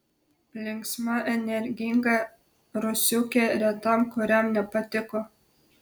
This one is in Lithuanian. linksma energinga rusiukė retam kuriam nepatiko